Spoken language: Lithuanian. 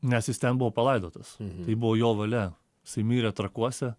nes jis ten buvo palaidotas tai buvo jo valia jisai mirė trakuose